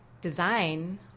design